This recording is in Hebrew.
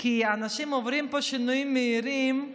כי האנשים עוברים פה שינויים מהירים,